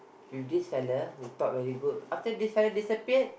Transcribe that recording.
with this fella will talk very good after this fella disappeared